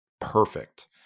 perfect